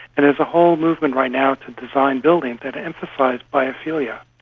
and there's a whole movement right now to design buildings that emphasise biophilia.